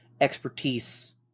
expertise